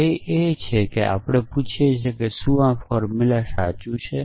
ધ્યેય એ છે કે આપણે પૂછીએ કે શું આ ફોર્મુલા સાચું છે